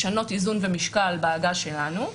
משנות איזון ומשקל בעגה שלנו,